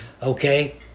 Okay